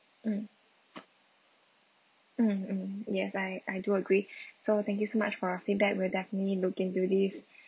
mm mm mm yes I I do agree so thank you so much for your feedback we'll definitely look into these